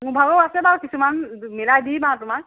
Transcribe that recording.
মোৰ ভাগৰো আছে বাৰু কিছুমান মিলাই দিম আৰু তোমাক